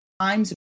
times